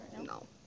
No